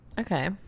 Okay